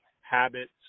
habits